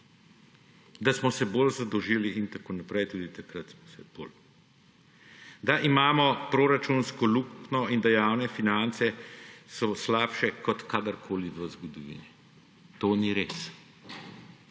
Da smo se bolj zadolžili in tako naprej, tudi takrat smo se bolj. Da imamo proračunsko luknjo in da javne finance so slabše kot kadarkoli v zgodovini. To ni res.